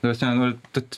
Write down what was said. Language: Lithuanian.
ta prasme nol tat